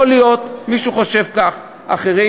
יכול להיות, מישהו חושב כך, אחרים,